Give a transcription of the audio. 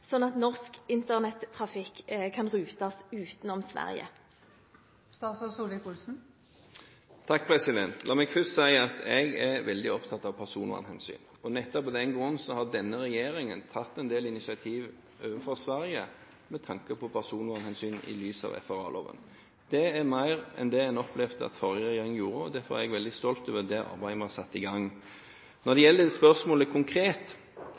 at norsk internettrafikk kan rutes utenom Sverige?» La meg først si at jeg er veldig opptatt av personvernhensyn, og nettopp av den grunn har denne regjeringen tatt en del initiativ overfor Sverige med tanke på personvernhensyn i lys av FRA-loven. Det er mer enn det en opplevde at forrige regjeringen gjorde. Derfor er jeg veldig stolt over det arbeidet vi har satt i gang. Når det gjelder spørsmålet konkret,